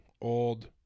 old